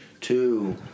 two